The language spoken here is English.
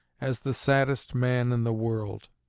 as the saddest man in the world.